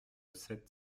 sept